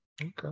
okay